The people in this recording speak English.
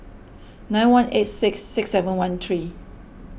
nine one eight six six seven one three